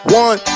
one